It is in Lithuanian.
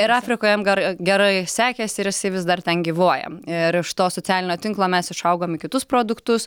ir afrikoj jam gar gerai sekėsi ir jisai vis dar ten gyvuoja ir iš to socialinio tinklo mes išaugom į kitus produktus